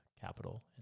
Capital